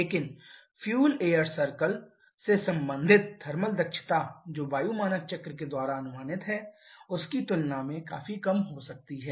लेकिन fuel air circle से संबंधित थर्मल दक्षता जो वायु मानक चक्र के द्वारा अनुमानित है उसकी तुलना में काफी कम हो सकती है